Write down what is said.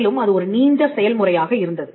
மேலும் அது ஒரு நீண்ட செயல்முறையாக இருந்தது